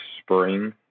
spring